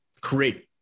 create